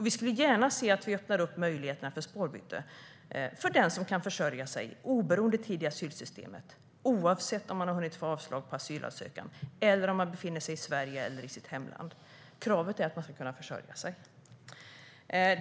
Vi skulle gärna se att vi öppnar i fråga om möjligheter för spårbyte för den som kan försörja sig - oberoende av tid i asylsystemet, oavsett om man har hunnit få avslag på asylansökan eller om man befinner sig i Sverige eller i sitt hemland. Kravet är att man ska kunna försörja sig.